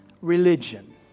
religion